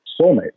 soulmate